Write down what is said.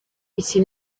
iki